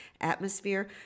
atmosphere